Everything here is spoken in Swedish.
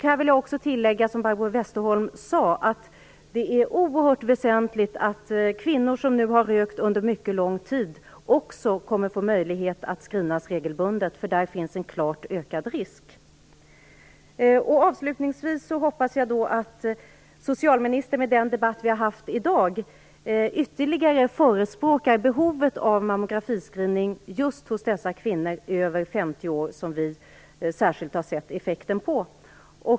Här vill jag tillägga att det är oerhört väsentligt, som Barbro Westerholm sade, att kvinnor som rökt under mycket lång tid också kommer att få möjlighet till screenundersökningar regelbundet, för där finns en klart ökad risk. Avslutningsvis: Jag hoppas att socialministern efter dagens debatt ytterligare förespråkar behovet av mammografiscreening hos kvinnor över 50 år - det är där vi särskilt har sett effekten.